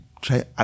Try